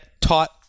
taught